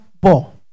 ball